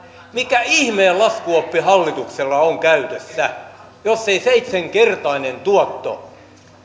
mikä ihmeen laskuoppi hallituksella on käytössä jos ei seitsenkertainen tuotto